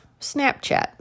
Snapchat